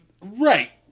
Right